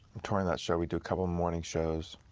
touring that show, we do a couple of morning shows,